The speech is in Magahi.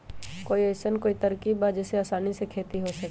कोई अइसन कोई तरकीब बा जेसे आसानी से खेती हो सके?